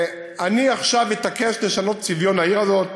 אני עכשיו אתעקש לשנות את צביון העיר הזאת.